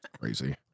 Crazy